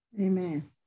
Amen